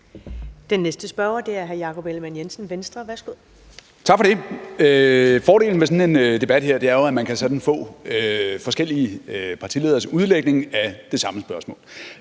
Værsgo. Kl. 15:16 Jakob Ellemann-Jensen (V): Tak for det. Fordelen ved sådan en debat her er jo, at man sådan kan få forskellige partilederes udlægning af det samme spørgsmål,